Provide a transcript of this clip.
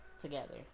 together